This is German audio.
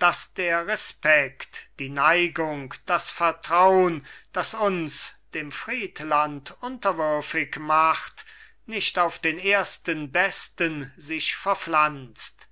daß der respekt die neigung das vertraun das uns dem friedland unterwürfig macht nicht auf den ersten besten sich verpflanzt